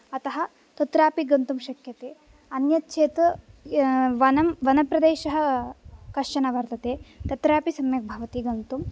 अतः तत्रापि गन्तुं शक्यते अन्यत् चेत् वनं वनप्रदेशः कश्चन वर्तते तत्रापि सम्यग्भवति गन्तुं